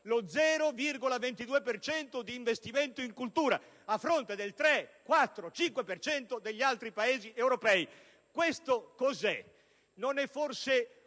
per cento di investimento in cultura, a fronte del 3, 4, 5 per cento degli altri Paesi europei. Questo cosa è? Non è forse